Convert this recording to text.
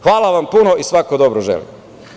Hvala vam puno i svako dobro vam želim.